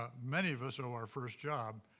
ah many of us owe our first job